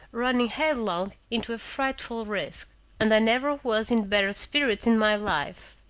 running headlong into a frightful risk and i never was in better spirits in my life!